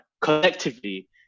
collectively